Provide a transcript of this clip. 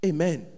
Amen